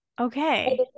okay